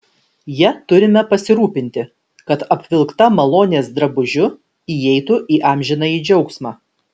ja turime pasirūpinti kad apvilkta malonės drabužiu įeitų į amžinąjį džiaugsmą